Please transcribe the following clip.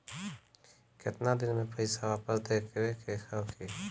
केतना दिन में पैसा वापस देवे के होखी?